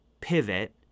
pivot